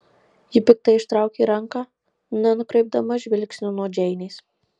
ji piktai ištraukė ranką nenukreipdama žvilgsnio nuo džeinės